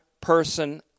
person